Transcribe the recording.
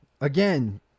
Again